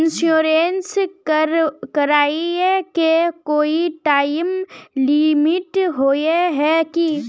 Insurance कराए के कोई टाइम लिमिट होय है की?